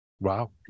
Wow